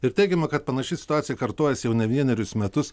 ir teigiama kad panaši situacija kartojasi jau ne vienerius metus